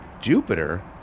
Jupiter